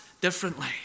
differently